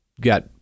got